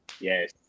Yes